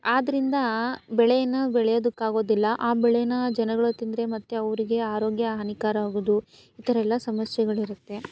ಆದ್ದರಿಂದ ಬೆಳೆಯನ್ನು ಬೆಳೆಯೋದಕ್ಕೆ ಆಗೋದಿಲ್ಲ ಆ ಬೆಳೆನ ಜನಗಳು ತಿಂದರೆ ಮತ್ತೆ ಅವರಿಗೆ ಆರೋಗ್ಯ ಹಾನಿಕರ ಆಗೋದು ಈ ಥರ ಎಲ್ಲ ಸಮಸ್ಯೆಗಳಿರುತ್ತೆ